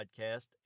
podcast